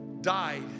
died